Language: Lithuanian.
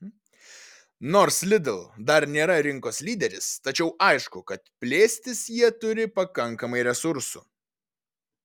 nors lidl dar nėra rinkos lyderis tačiau aišku kad plėstis jie turi pakankamai resursų